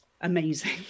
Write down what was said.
amazing